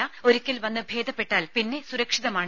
ത ഒരിക്കൽ വന്ന് ഭേദപ്പെട്ടാൽ പിന്നെ സുരക്ഷിതമാണ്